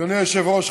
אדוני היושב-ראש,